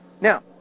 Now